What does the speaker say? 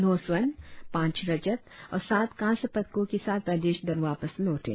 नौ स्वर्ण पांच रजत और सात कास्य पदको के साथ प्रदेश दल वापस लौटे